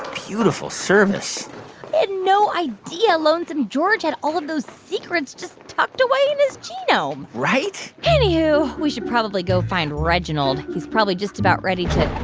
beautiful service i had no idea lonesome george had all of those secrets just tucked away in his genome right? anywho, we should probably go find reginald. he's probably just about ready to.